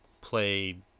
played